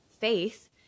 faith